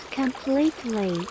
completely